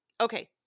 Okay